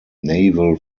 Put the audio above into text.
naval